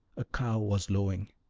a cow was lowing,